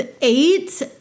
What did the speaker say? eight